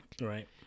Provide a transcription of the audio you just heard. right